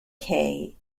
cay